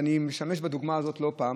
ואני משתמש בדוגמה הזאת לא פעם,